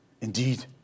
Indeed